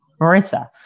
Marissa